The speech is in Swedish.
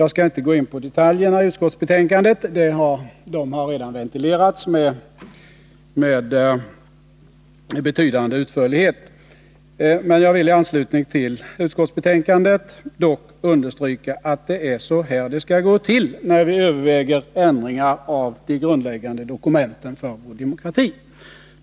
Jag skall inte gå in på detaljerna i utskottsbetänkandet — de har redan ventilerats med betydande utförlighet. Men jag vill i anslutning till utskottsbetänkandet understryka att det är så här det skall gå till när vi överväger ändringar av de grundläggande dokumenten för vår demokrati.